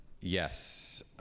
Yes